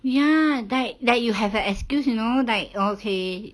ya like like you have a excuse you know like okay